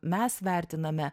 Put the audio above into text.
mes vertiname